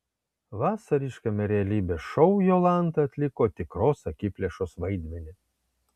vasariškame realybės šou jolanta atliko tikros akiplėšos vaidmenį